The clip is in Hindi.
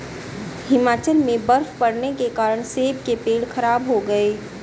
हिमाचल में बर्फ़ पड़ने के कारण सेब के पेड़ खराब हो गए